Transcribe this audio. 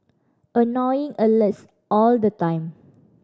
annoying alerts all the time